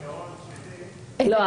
לא,